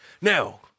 now